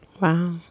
Wow